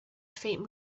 faint